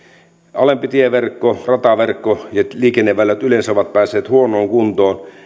alempi tieverkko rataverkko ja liikenneväylät yleensä ovat päässeet huonoon kuntoon